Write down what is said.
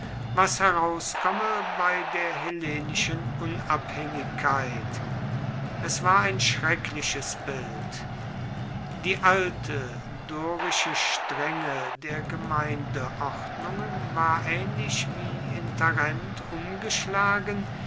was herauskomme bei der hellenischen unabhängigkeit es war ein schreckliches bild die alte dorische strenge der gemeindeordnungen war ähnlich wie in tarent umgeschlagen